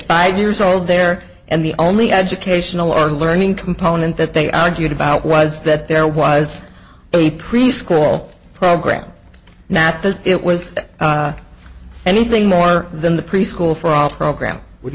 five years old there and the only educational or learning component that they argued about was that there was a preschool program nat that it was anything more than the preschool for all program wh